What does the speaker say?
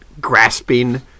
grasping